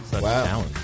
Wow